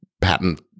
patent